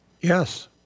yes